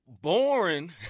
boring